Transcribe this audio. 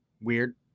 weird